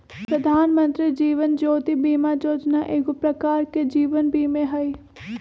प्रधानमंत्री जीवन ज्योति बीमा जोजना एगो प्रकार के जीवन बीमें हइ